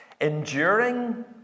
Enduring